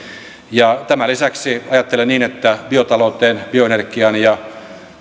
ja tämän lisäksi ajattelen niin että biotalouteen bioenergiaan ja